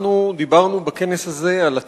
דיברנו בכנס הזה על הצורך,